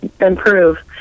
improve